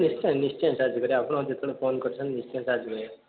ନିଶ୍ଚୟ ନିଶ୍ଚୟ ସାର୍ ଯିବେରେ ଆପଣ ଯେତେବେଳେ ଫୋନ୍ କରିଛନ୍ତି ନିଶ୍ଚୟ ସାର୍ ଯିବେ